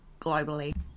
globally